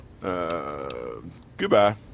Goodbye